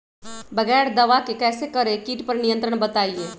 बगैर दवा के कैसे करें कीट पर नियंत्रण बताइए?